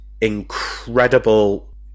incredible